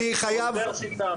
באוניברסיטה,